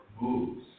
moves